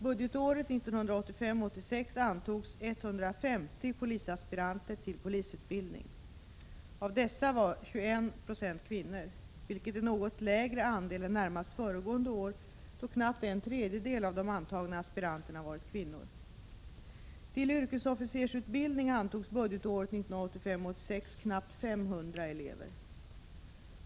Budgetåret 1985 86 knappt 500 elever.